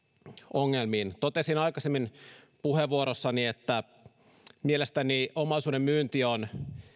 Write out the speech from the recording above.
ongelmiin totesin aikaisemmin puheenvuorossani että mielestäni omaisuuden myynti on